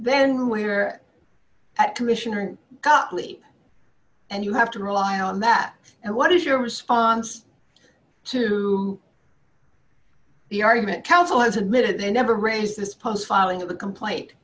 then we are at commissioners and you have to rely on that and what is your response to the argument council has admitted they never raise this post filing the complaint